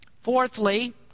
Fourthly